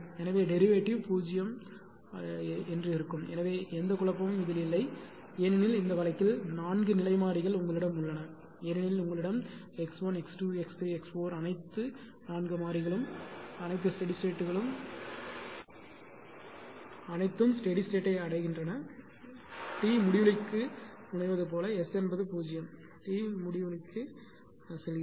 எனவே டெரிவேடிவ் 0 இருக்கும் எனவே எந்த குழப்பமும் இருக்கக்கூடாது ஏனெனில் இந்த வழக்கில் 4 நிலை மாறிகள் உங்களிடம் உள்ளன ஏனெனில் உங்களிடம் x 1 x 2 x 3 x 4 அனைத்து 4 மாறிகள் அனைத்து ஸ்டெடி ஸ்டேட்களும் அனைத்தும் ஸ்டெடி ஸ்டேட்யை அடைகின்றன டி முடிவிலிக்கு முனைவது போல எஸ் என்பது 0 டி முடிவிலிக்கு முனைப்பு